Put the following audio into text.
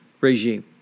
regime